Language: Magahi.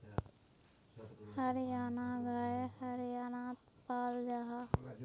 हरयाना गाय हर्यानात पाल जाहा